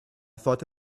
thought